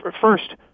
first